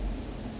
mm